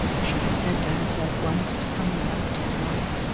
she had said to herself once, coming out in white.